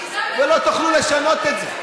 ולא תוכלו לשנות את זה.